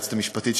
היועצת המשפטית,